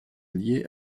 liées